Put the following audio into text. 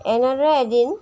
এনেদৰে এদিন